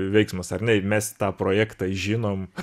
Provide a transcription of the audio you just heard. veiksmas ar ne mes tą projektą žinom